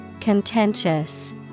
Contentious